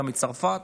גם מצרפת.